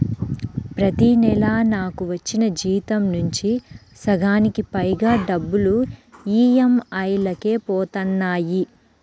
ప్రతి నెలా నాకు వచ్చిన జీతం నుంచి సగానికి పైగా డబ్బులు ఈ.ఎం.ఐ లకే పోతన్నాయి